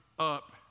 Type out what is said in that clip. up